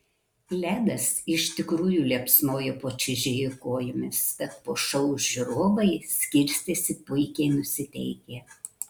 ledas iš tikrųjų liepsnojo po čiuožėjų kojomis tad po šou žiūrovai skirstėsi puikiai nusiteikę